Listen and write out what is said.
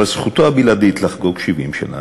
אבל זכותו הבלעדית לחגוג 70 שנה.